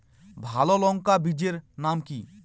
ভালো লঙ্কা বীজের নাম কি?